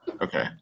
okay